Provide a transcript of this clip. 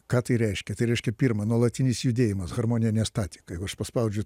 ką tai reiškia tai reiškia pirma nuolatinis judėjimas harmonija ne statika jeigu aš paspaudžiu